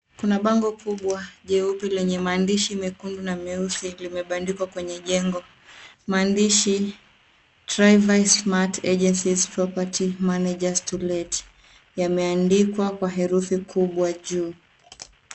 Kuna bango kubwa jeupe lenye maandishi mekundu na meusi limebandikwa kwenye jengo. Maandishi Trivas Smat Agencies, Propert Managers, To Let yameandikwa kwa herufi kubwa juu.